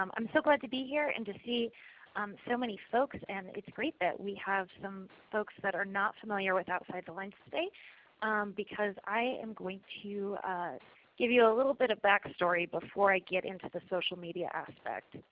um i'm so glad to be here and to see so many folks. and it's great that we have some folks that are not familiar with outside the lines today because i am going to give you a little bit of back story before i get into the social media aspect.